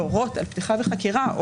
להורות על פתיחה בחקירה,